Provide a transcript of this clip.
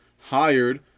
Hired